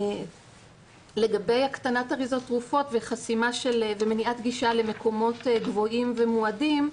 לגבי הקטנת אריזות תרופות ומניעת גישה למקומות גבוהים ומועדים,